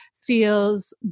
feels